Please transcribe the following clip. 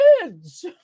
kids